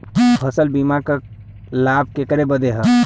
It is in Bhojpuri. फसल बीमा क लाभ केकरे बदे ह?